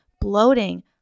bloating